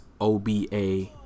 oba